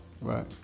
Right